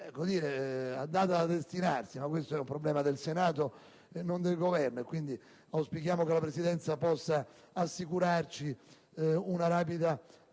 un rinvio a data da destinarsi: ma questo è un problema del Senato, e non del Governo. Quindi, auspichiamo che la Presidenza possa assicurarci una rapida